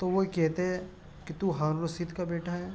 تو وہ یہ کہتے کہ تو ہارون رشید کا بیٹا ہے